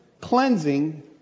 cleansing